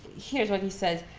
here's what he says.